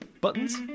buttons